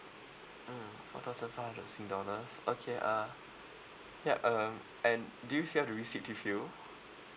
mm one thousand five hundred sing dollars okay uh yup um and do you still have the receipt with you